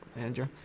Andrew